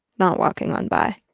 not walking on by.